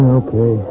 okay